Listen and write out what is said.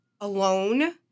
alone